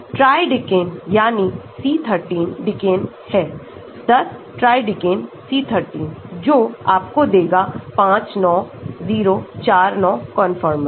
Tridecane यानी C13 decane है 10 Tridecane C13 जो आपको देगा 59049 कंफर्मर्स